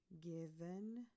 given